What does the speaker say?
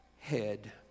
head